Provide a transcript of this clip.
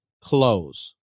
close